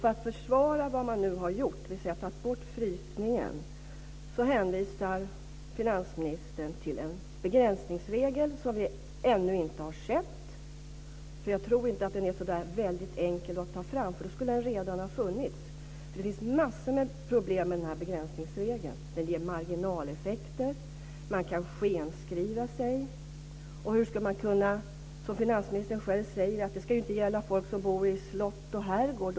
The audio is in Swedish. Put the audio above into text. För att försvara vad man nu har gjort - att man har tagit bort frysningen - hänvisar finansministern till en begränsningsregel som vi ännu inte har sett. Jag tror inte att den är så där väldigt enkel att ta fram. Då skulle den redan ha funnits. Det finns massor med problem med begränsningsregeln. Den ger marginaleffekter. Man kan skenskriva sig. Som finansministern själv säger ska den inte gälla folk som bor i slott och herrgård.